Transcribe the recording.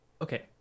Okay